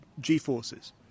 G-forces